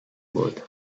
would